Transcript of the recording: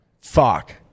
Fuck